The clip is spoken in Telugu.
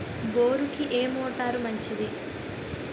బోరుకి ఏ మోటారు మంచిది?